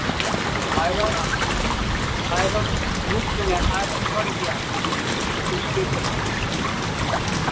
iron आ iron मुफ़्त में आइरन बढ़ गया है उसके जो